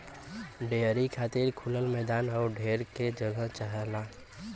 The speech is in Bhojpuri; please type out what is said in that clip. डेयरी खातिर खुलल मैदान आउर ढेर के जगह चाहला